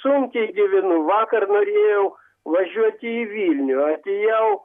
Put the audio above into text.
sunkiai gyvenu vakar norėjau važiuoti į vilnių atėjau